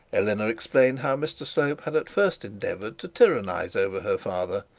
eleanor explained how mr slope had at first endeavoured to tyrannize over her father,